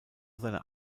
seiner